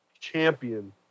champion